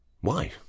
Why